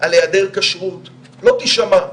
על היעדר כשרות לא תישמע.